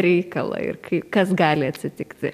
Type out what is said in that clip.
reikalą ir kai kas gali atsitikti